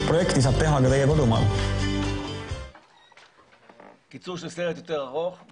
צריך הכול ביחד, זו חבילה שלמה שצריכה ללכת ביחד.